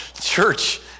church